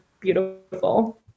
beautiful